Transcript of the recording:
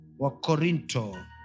Wakorinto